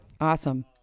Awesome